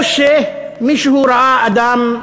או שמישהו ראה אדם,